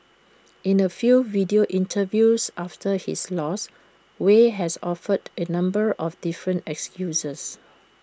in A few video interviews after his loss Wei has offered A number of different excuses